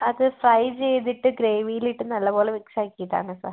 അത് ഫ്രൈ ചെയ്തിട്ട് ഗ്രേവിയിൽ ഇട്ട് നല്ലപോലെ മിക്സ് ആക്കിയതാണ് സാർ